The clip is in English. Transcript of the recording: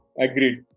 Agreed